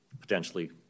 potentially